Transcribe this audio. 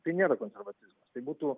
tai nėra konservatizmas tai būtų